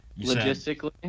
Logistically